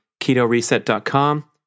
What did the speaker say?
ketoreset.com